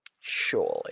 Surely